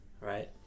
right